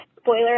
spoiler